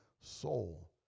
soul